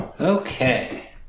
Okay